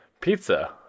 pizza